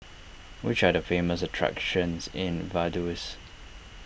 which are the famous attractions in Vaduz